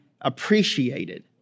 appreciated